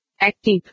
Active